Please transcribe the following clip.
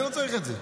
אני לא צריך את זה.